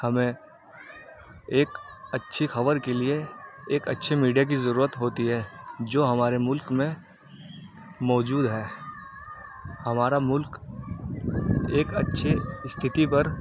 ہمیں ایک اچھی خبر کے لیے ایک اچھی میڈیا کی ضرورت ہوتی ہے جو ہمارے ملک میں موجود ہے ہمارا ملک ایک اچھی استھتی پر